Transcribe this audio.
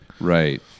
Right